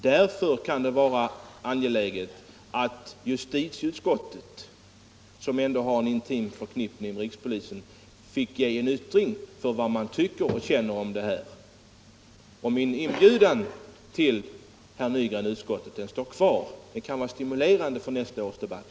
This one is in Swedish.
Därför kunde det vara angeläget att justitieutskottet, som ändå är intimt förknippat med rikspolisstyrelsen, fick ge uttryck för vad man tycker och känner. Min inbjudan till herr Nygren och utskottet står kvar. Den kan vara stimulerande för nästa års debatt.